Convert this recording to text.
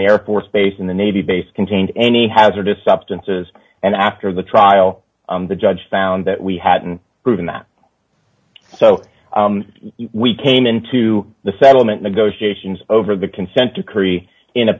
the air force base in the navy base contained any hazardous substances and after the trial the judge found that we hadn't proven that so we came into the settlement negotiations over the consent decree in a